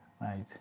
right